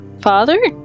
Father